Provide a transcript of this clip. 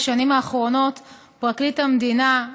בשנים האחרונות פרקליט המדינה,